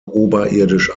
oberirdisch